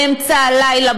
באמצע הלילה,